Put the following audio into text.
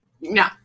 No